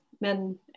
men